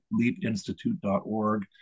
leapinstitute.org